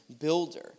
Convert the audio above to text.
builder